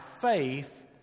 faith